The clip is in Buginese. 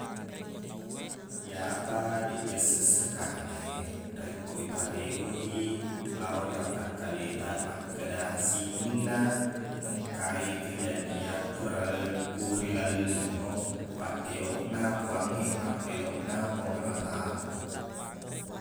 Iyapa deq iyassesseq kale rekko ipareweq i lao ri watakkaletaq makkeda sininna engka e kejadiang kural- ku ri laleng lino pakkeloqna puang e pakkeloqna puang allah ta allah